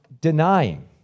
denying